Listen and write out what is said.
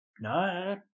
no